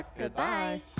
Goodbye